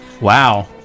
Wow